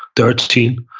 thirteen.